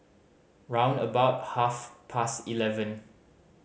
round about half past eleven